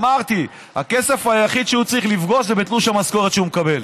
אמרתי: הכסף היחיד שהוא צריך לפגוש זה בתלוש המשכורת שהוא מקבל.